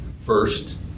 first